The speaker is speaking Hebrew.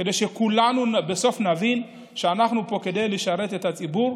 כדי שכולנו בסוף נבין שאנחנו פה כדי לשרת את הציבור,